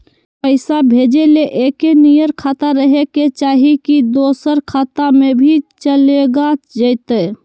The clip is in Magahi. पैसा भेजे ले एके नियर खाता रहे के चाही की दोसर खाता में भी चलेगा जयते?